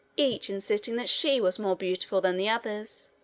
each insisting that she was more beautiful than the others,